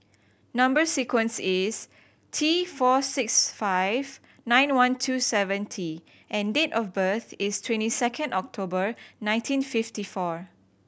number sequence is T four six five nine one two seven T and date of birth is twenty second October nineteen fifty four